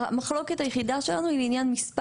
אז המחלוקת היחידה שלנו היא בעניין מספר